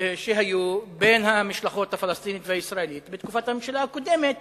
שהיו בין המשלחת הפלסטינית למשלחת הישראלית בתקופת הממשלה הקודמת